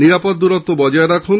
নিরাপদ দূরত্ব বজায় রাখুন